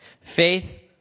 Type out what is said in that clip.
Faith